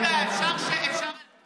אז כספים, היא תעבור לוועדת הכספים.